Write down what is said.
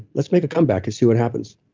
let's make a comeback and see what happens.